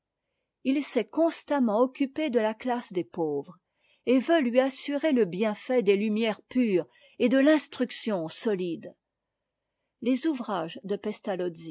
il s'est constamment occupé de la classe des pauvres et veut lui assurer le bienfait des lumières pures et de l'instruction solide les ouvrages de